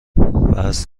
وزن